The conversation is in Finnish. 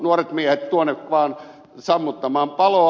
nuoret miehet tuonne vaan sammuttamaan paloa